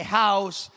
house